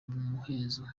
muhezo